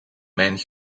mijn